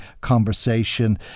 conversation